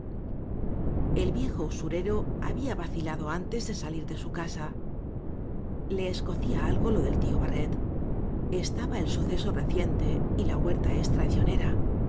el viejo usurero había vacilado antes de salir de su casa le escocía alo lo del tío o barret estaba el suceso reciente y la huerta es traicionera